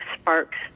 sparks